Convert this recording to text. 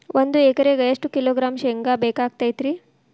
ಒಂದು ಎಕರೆಗೆ ಎಷ್ಟು ಕಿಲೋಗ್ರಾಂ ಶೇಂಗಾ ಬೇಕಾಗತೈತ್ರಿ?